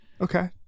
Okay